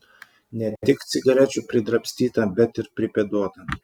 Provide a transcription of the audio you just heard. ne tik cigarečių pridrabstyta bet ir pripėduota